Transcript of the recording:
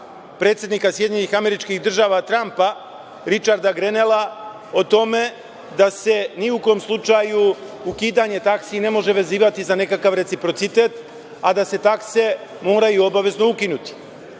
predsednika SAD-a Trampa Ričarda Grenela o tome da se ni u kom slučaju ukidanje taksi ne može vezivati za nekakav reciprocitet, a da se takse moraju obavezno ukinuti.S